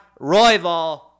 Royval